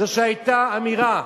זה שהיתה אמירה,